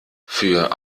für